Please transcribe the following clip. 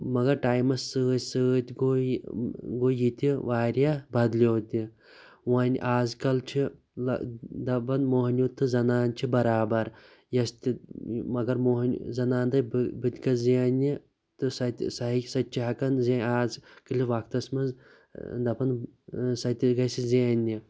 مَگَر ٹایمَس سٍتۍ سٍتۍ گوٚو یہِ گوٚو ییٚتہِ واریاہ بَدلیٛو تہِ وۄنی اَزکَل چھِ لک دَپان مۅہنِیٛوٗ تہِ زَنان چھِ بَرابَر یَس تہِ مَگَر مۅہ زَنان دَپہِ بہٕ بہٕ تہِ گَژھٕ زیننہِ تہٕ سۅ تہِ سۅ ہیٚکہِ سۅ تہِ چھِ ہیٚکان زین اَزکَل وَقتَس منٛز دَپان سۅ تہِ گَژھِ زیننہِ